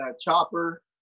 chopper